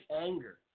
anger